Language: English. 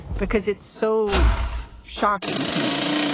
because it's so shocking to me,